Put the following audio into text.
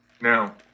Now